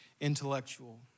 intellectual